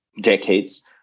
decades